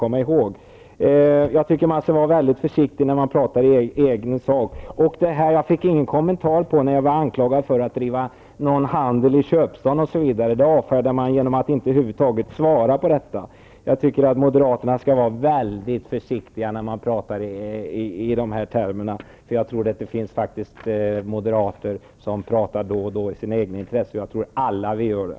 Man skall vara mycket försiktig när man talar i egen sak. Jag fick ingen kommentar till vad jag sade när jag var anklagad för att driva handel i ''köpstan'', osv. Det avfärdar man genom att över huvud taget inte svara. Jag tycker att moderaterna skall vara mycket försiktiga när de pratar i de här termerna. Det finns faktiskt moderater som då och då pratar i eget intresse -- och jag tror att vi alla gör det.